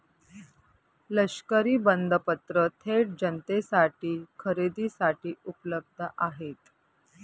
लष्करी बंधपत्र थेट जनतेसाठी खरेदीसाठी उपलब्ध आहेत